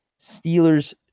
Steelers